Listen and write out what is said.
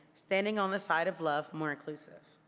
standing on the side of love, more inclusive.